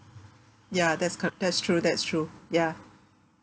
ya that's cor~ that's true that's true ya